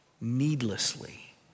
needlessly